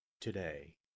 today